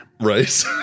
right